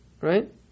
right